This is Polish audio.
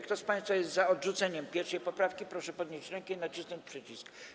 Kto z państwa jest za odrzuceniem 1. poprawki, proszę podnieść rękę i nacisnąć przycisk.